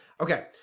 Okay